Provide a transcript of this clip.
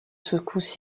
secousses